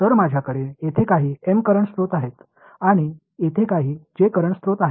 तर माझ्याकडे येथे काही M करंट स्त्रोत आहे आणि येथे काही J करंट स्त्रोत आहेत